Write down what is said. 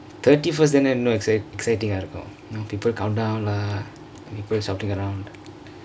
thirty first இன்னொ:inno excit~ excitingk இருக்கும்:irukkum people countdown lah people shoutingk around